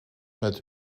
met